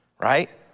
right